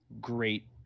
Great